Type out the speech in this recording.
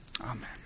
amen